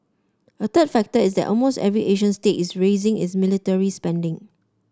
a third factor is that almost every Asian state is raising its military spending